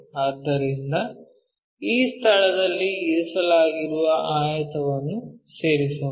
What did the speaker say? ಆದ್ದರಿಂದ ಈ ಸ್ಥಳದಲ್ಲಿ ಇರಿಸಲಾಗಿರುವ ಆಯತವನ್ನು ಸೇರಿಸೋಣ